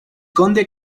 conde